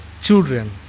children